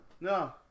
No